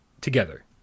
together